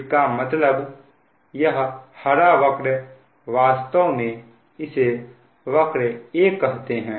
इसका मतलब यह हरा वक्र वास्तव में इसे वक्र A कहते हैं